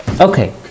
Okay